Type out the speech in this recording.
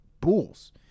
Bulls